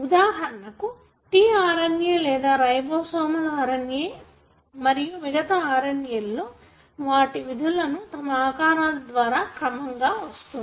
ఉదాహరణకు tRNA లేదా ribosomal RNA మరియు మిగతా RNA లో వాటి విధులను తమ ఆకారాల ద్వారా వాటి క్రమంగా వస్తుంది